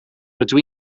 rydw